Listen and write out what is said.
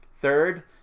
Third